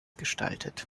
gestaltet